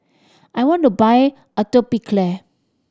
I want to buy Atopiclair